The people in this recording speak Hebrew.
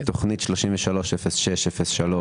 תכנית 33-06-03